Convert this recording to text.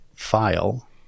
file